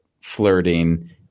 flirting